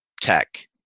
tech